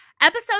Episode